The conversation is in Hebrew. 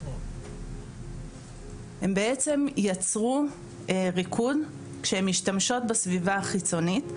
הן יצרו ריקוד כשהן משתמשות בסביבה החיצונית,